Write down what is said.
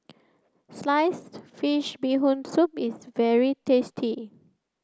Sliced Fish Bee Hoon Soup is very tasty